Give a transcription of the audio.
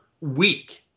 week